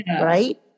right